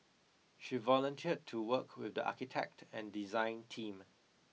she volunteered to work with the architect and design team